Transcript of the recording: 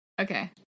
Okay